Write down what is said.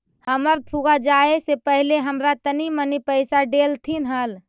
हमर फुआ जाए से पहिले हमरा तनी मनी पइसा डेलथीन हल